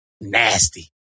nasty